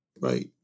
Right